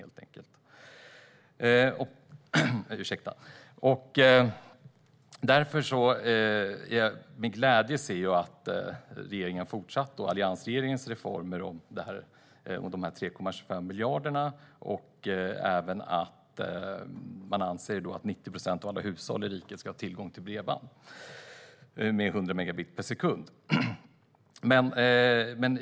Jag ser med glädje att regeringen fortsatt alliansregeringens reformer med de 3,25 miljarderna. Man anser även att 90 procent av alla hushåll i riket ska ha tillgång till bredband med 100 megabit per sekund.